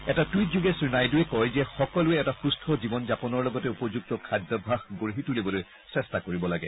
এটা টুইটযোগে শ্ৰীনাইডূৱে কয় যে সকলোৱে এটা সুস্থ জীৱন যাপনৰ লগতে উপযুক্ত খাদ্যাভাস গঢ়ি তুলিবলৈ চেষ্টা কৰিব লাগে